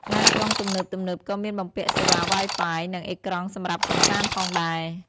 ឡានក្រុងទំនើបៗក៏មានបំពាក់សេវា Wi-Fi និងអេក្រង់សម្រាប់កម្សាន្តផងដែរ។